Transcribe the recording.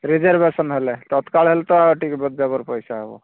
reservation ହେଲେ ତତ୍କାଳ ହେଲେ ତ ଆଉ ଟିକେ ଜବର ପଇସା ହେବ